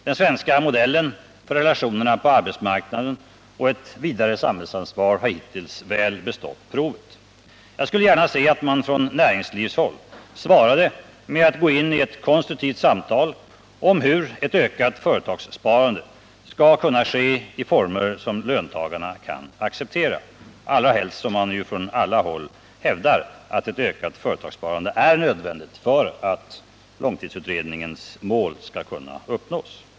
Den svenska modellen för relationerna på arbetsmarknaden och ett vidare samhällsansvar har hittills väl bestått provet. Jag skulle gärna se att man från näringslivshåll svarade med att gå in i ett konstruktivt samtal om hur ett ökat företagssparande skall kunna ske i former som löntagarna kan acceptera, allra helst som man ju från alla håll hävdar att ett ökat företagssparande är nödvändigt för att långtidsutredningens mål skall kunna uppnås.